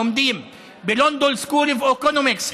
לומדים ב- London School of Economics,